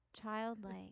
childlike